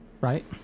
right